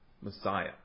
Messiah